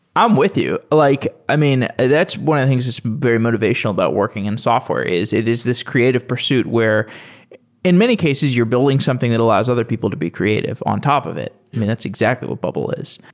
i'm with you. like i mean, that's one of the things that's very motivational about working in software, is it is this creative pursuit where in many cases you're building something that allows other people to be creative on top of it. i mean, that's exactly what bubble is.